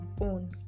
own